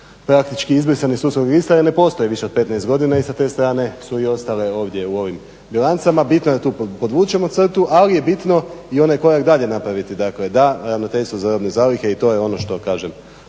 praktički izbrisane iz sudskog registra jer ne postoje više od 15 godina i sa te strane su i ostale ovdje u ovim bilancama. Bitno je da tu podvučemo crtu, ali je bitno i onaj korak dalje napraviti, dakle da Ravnateljstvo za robne zalihe i to je ono što ja